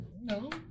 No